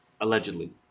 Allegedly